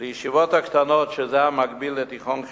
בישיבות הקטנות, שזה המקביל לתיכון חינם,